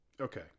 Okay